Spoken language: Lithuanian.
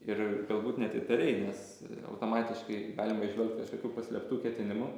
ir galbūt net įtariai nes automatiškai galima įžvelgt kažkokių paslėptų ketinimų